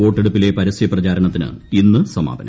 വോട്ടെടുപ്പിലെ പരസ്യ പ്രചാരണത്തിന് ഇന്ന് സമാപനം